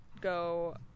go